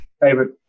favorite